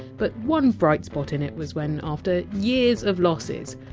but one bright spot in it was when, after years of losses,